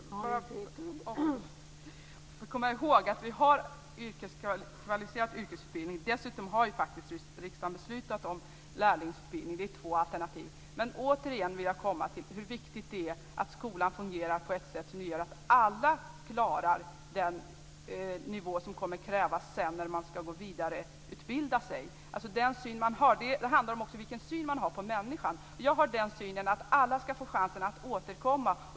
Fru talman! Vi får komma ihåg att det finns kvalificerad yrkesutbildning. Dessutom har riksdagen faktiskt beslutat om lärlingsutbildning. Det är två alternativ. Jag vill återkomma till hur viktigt det är att skolan fungerar på ett sätt som gör att alla klarar den nivå som sedan kommer att krävas när de vidareutbildar sig. Det handlar också om vilken syn man har på människan. Jag har den synen att alla ska få chansen att återkomma.